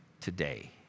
today